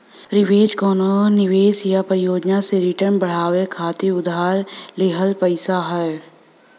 leverage कउनो निवेश या परियोजना से रिटर्न बढ़ावे खातिर उधार लिहल पइसा हौ